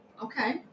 Okay